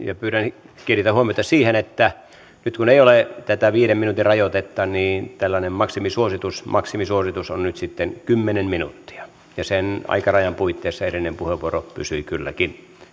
pyydän kiinnittämään huomiota siihen että nyt kun ei ole tätä viiden minuutin rajoitetta niin tällainen maksimisuositus maksimisuositus on nyt sitten kymmenen minuuttia ja sen aikarajan puitteissa edellinen puheenvuoro pysyi kylläkin